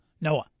Noah